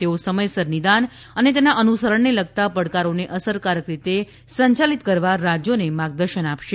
તેઓ સમયસર નિદાન અને તેના અનુસરણને લગતા પડકારોને અસરકારક રીતે સંયાલિત કરવા રાજ્યોને માર્ગદર્શન આપશે